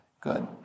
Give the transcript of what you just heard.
Good